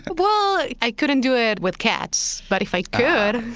well, i couldn't do it with cats. but if i could,